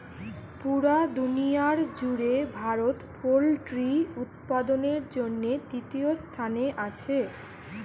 পুরা দুনিয়ার জুড়ে ভারত পোল্ট্রি উৎপাদনের জন্যে তৃতীয় স্থানে আছে